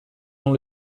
dans